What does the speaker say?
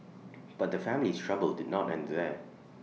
but the family's trouble did not end there